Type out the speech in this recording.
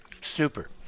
Super